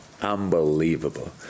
unbelievable